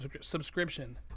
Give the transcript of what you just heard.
subscription